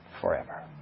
Forever